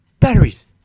Batteries